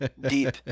deep